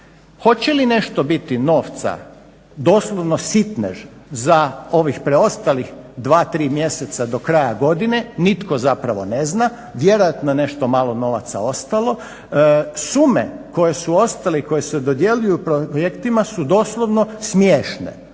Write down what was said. Hoće li nešto biti novca, doslovno sitnež za ovih preostalih 2, 3 mjeseca do kraja godine, nitko zapravo ne zna, vjerojatno je nešto malo novaca ostalo. Sume koje su ostale i koje se dodjeljuju projektima su doslovno smiješne,